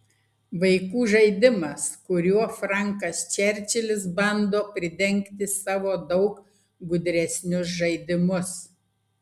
vaikų žaidimas kuriuo frankas čerčilis bando pridengti savo daug gudresnius žaidimus